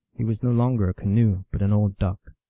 he was no longer a canoe, but an old duck.